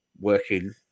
working